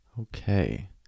Okay